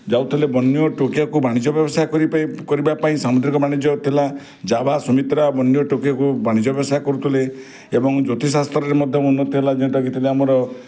ଯାଉଥିଲେ ବନ୍ୟ ଟୋକିଓକୁ ବାଣିଜ୍ୟ ବ୍ୟବସାୟ କରି ପାଇଁ କରିବା ପାଇଁ ସାମୁଦ୍ରିକ ବାଣିଜ୍ୟ ଥିଲା ଜାଭା ସୁମାତ୍ରା ବନ୍ୟ ଟୋକିଓକୁ ବାଣିଜ୍ୟ ବ୍ୟବସାୟ କରୁଥିଲେ ଏବଂ ଜ୍ୟୋତିଷ ଶାସ୍ତ୍ରରେ ମଧ୍ୟ ଉନ୍ନତି ହେଲା ଯେଉଁଟାକି ଥିଲା ଆମର